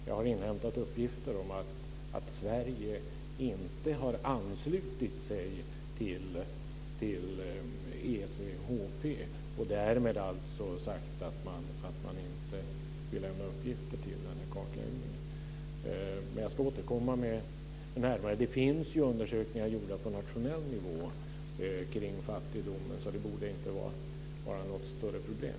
Jag har inhämtat uppgifter om att Sverige inte har anslutit sig till ECHP och därmed sagt att det inte vill lämna uppgifter till denna kartläggning. Jag ska återkomma med närmare uppgifter. Det finns undersökningar gjorda på nationell nivå om fattigdomen, så detta borde inte vara något större problem.